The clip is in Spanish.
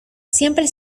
siempre